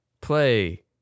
play